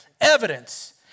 evidence